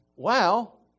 Wow